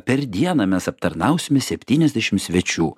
per dieną mes aptarnausime septyniasdešim svečių